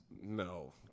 No